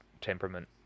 temperament